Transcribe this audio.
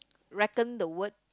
reckon the word